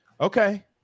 Okay